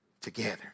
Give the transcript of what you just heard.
together